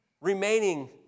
remaining